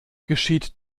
geschieht